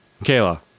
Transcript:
Kayla